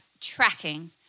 tracking